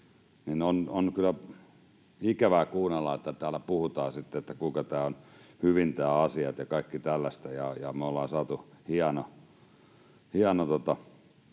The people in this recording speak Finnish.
On kyllä ikävää kuunnella, että täällä puhutaan sitten, kuinka nämä asiat ovat hyvin ja kaikkea tällaista ja että me ollaan saatu hieno